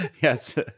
Yes